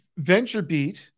VentureBeat